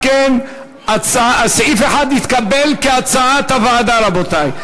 אם כן, סעיף 1 נתקבל כהצעת הוועדה, רבותי.